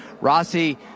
Rossi